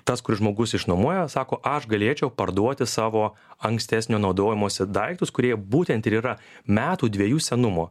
tas kuris žmogus išnuomoja sako aš galėčiau parduoti savo ankstesnio naudojimosi daiktus kurie būtent ir yra metų dviejų senumo